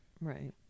Right